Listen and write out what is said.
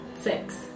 Six